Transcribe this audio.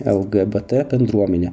lgbt bendruomenę